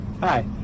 Hi